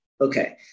Okay